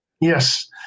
Yes